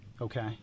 Okay